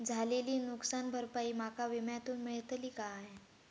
झालेली नुकसान भरपाई माका विम्यातून मेळतली काय?